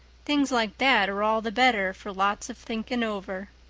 things like that are all the better for lots of thinking over.